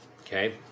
Okay